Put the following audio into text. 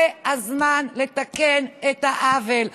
זה הזמן לתקן את העוול.